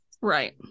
Right